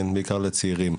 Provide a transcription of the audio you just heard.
בעיקר לצעירים.